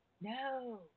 No